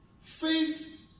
faith